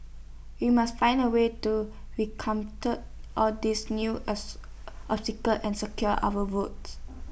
we must find A way to all these new obstacles and secure our votes